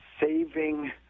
Saving